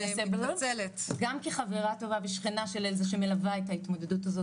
גם כחברה טובה ושכנה של אלזה שמלווה את ההתמודדות הזאת